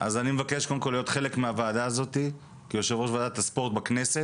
והליקוי הזה יוסר בקרוב.